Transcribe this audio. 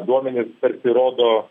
duomenys tarsi rodo